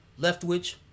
Leftwich